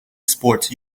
sports